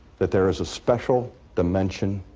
that there is a special dimension,